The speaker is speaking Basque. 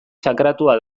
sakratua